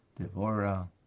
Devora